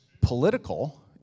political